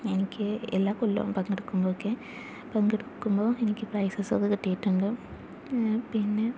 എനിക്ക് എല്ലാ കൊല്ലവും പങ്കെടുക്കുമ്പൊഴൊക്കെ പങ്കെടുക്കുമ്പോൾ എനിക്ക് പ്രൈസസൊക്കെ കിട്ടിയിട്ടുണ്ട് പിന്നെ